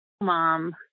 Mom